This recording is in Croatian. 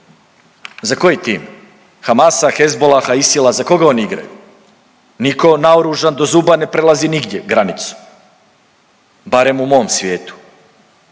za koji tim, Hamasa, Hezbolla, Haisil-a, za koga oni igraju? Niko naoružan do zuba ne prelazi nigdje granicu, barem u mom svijetu.